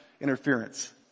interference